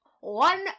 one